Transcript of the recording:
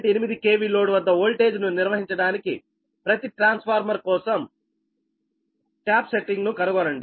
8 KV load వద్ద voltage ను నిర్వహించడానికి ప్రతి ట్రాన్స్ఫార్మర్ కోసం ట్యాప్ సెట్టింగ్ ను కనుగొనండి